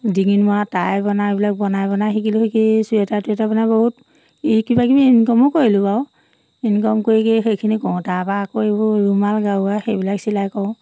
ডিঙিত মৰা টাই বনাই এইবিলাক বনাই বনাই শিকিলোঁ শিকি চুৱেটাৰ টুৱেটাৰ বনাই বহুত এই কিবা কিবি ইনকমো কৰিলোঁ বাৰু ইনকম কৰি কি সেইখিনি কৰো তাৰপৰা আকৌ এইবোৰ ৰুমাল গাৰুৱা সেইবিলাক চিলাই কৰোঁ